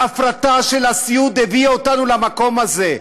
ההפרטה של הסיעוד הביאה אותנו למקום הזה,